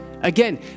Again